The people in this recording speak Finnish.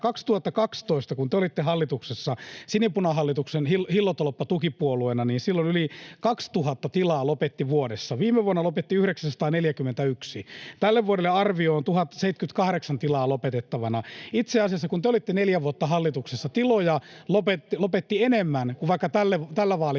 2012, kun te olitte hallituksessa sinipunahallituksen hillotolppatukipuolueena, yli 2 000 tilaa lopetti vuodessa. Viime vuonna lopetti 941. Tälle vuodelle arvio on 1 078 tilaa lopetettavana. Itse asiassa, kun te olitte neljä vuotta hallituksessa, tiloja lopetti enemmän kuin vaikka tällä vaalikaudella